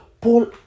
paul